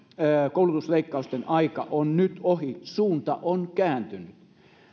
koulutusleikkausten aika on nyt ohi suunta on kääntynyt